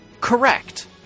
correct